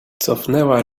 cofnęła